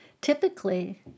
typically